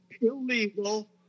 illegal